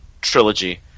trilogy